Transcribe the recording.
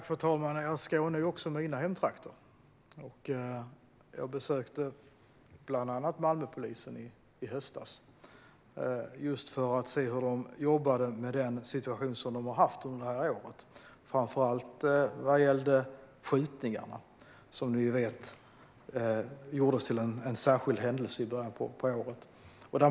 Fru talman! Skåne är ju även mina hemtrakter. Jag besökte i höstas bland annat Malmöpolisen för att se hur de jobbade med den situation som de haft under året, framför allt vad gällde skjutningarna. Dessa gjordes som ni vet till en särskild händelse i början av året.